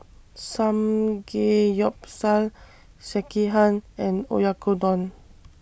Samgeyopsal Sekihan and Oyakodon